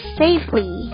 safely